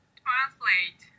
translate